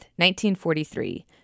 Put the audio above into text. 1943